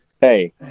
Hey